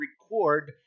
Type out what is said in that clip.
record